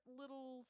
little